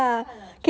好看啊